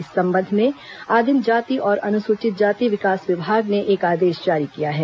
इस संबंध में आदिम जाति और अनुसूचित जाति विकास विभाग ने एक आदेश जारी किया है